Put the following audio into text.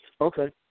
Okay